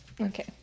Okay